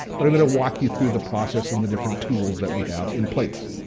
but i'm gonna walk you through the process and the different tools that we have in place.